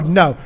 no